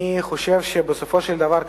אני חושב שבסופו של דבר,